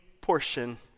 portion